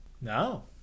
No